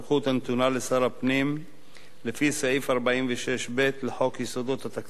לשר הפנים לפי סעיף 46(ב) לחוק יסודות התקציב,